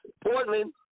Portland